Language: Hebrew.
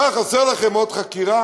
מה, חסרה לכם עוד חקירה?